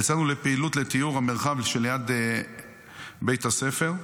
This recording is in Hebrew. יצאנו לפעילות לטיהור המרחב שליד בית הספר.